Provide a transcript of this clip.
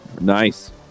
nice